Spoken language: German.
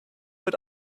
wird